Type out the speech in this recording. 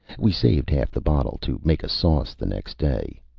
we saved half the bottle to make a sauce the next day.